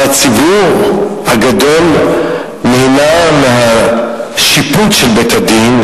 אבל הציבור הגדול נהנה מהשיפוט של בית-הדין,